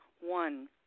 One